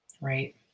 Right